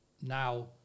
now